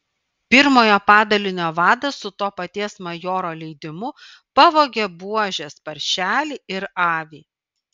pirmojo padalinio vadas su to paties majoro leidimu pavogė buožės paršelį ir avį